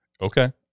Okay